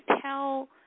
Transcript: tell